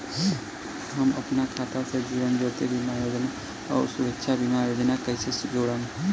हम अपना खाता से जीवन ज्योति बीमा योजना आउर सुरक्षा बीमा योजना के कैसे जोड़म?